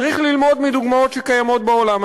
צריך ללמוד מדוגמאות שקיימות בעולם.